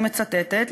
אני מצטטת,